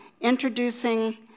introducing